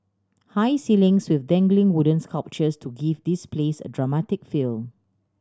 high ceilings with dangling wooden sculptures to give this place a dramatic feel